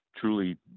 truly